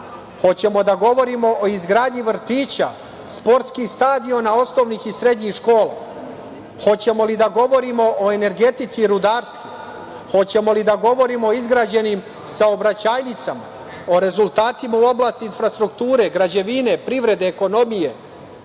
Hoćemo li da govorimo o izgradnji vrtića, sportskih stadiona, osnovnih i srednjih škola? Hoćemo li da govorimo o energetici i rudarstvu? Hoćemo li da govorimo o izgrađenim saobraćajnicama, o rezultatima u oblasti infrastrukture, građevine, privrede, ekonomije?